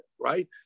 right